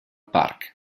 park